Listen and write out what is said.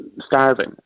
starving